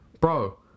bro